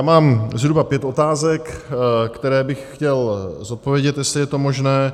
Mám zhruba pět otázek, které bych chtěl zodpovědět, jestli je to možné.